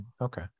Okay